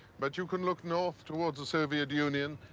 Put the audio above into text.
but you can look north towards the soviet union,